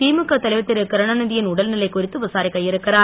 திமுக தலைவர் திருகருணாந்தியின் உடல்நிலை குறித்து விசாரிக்க இருக்கிறார்